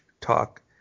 talk